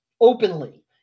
openly